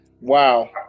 Wow